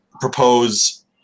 propose